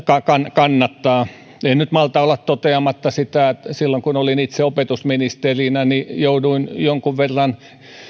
kannattaa en en nyt malta olla toteamatta sitä että silloin kun olin itse opetusministerinä jouduin jonkun verran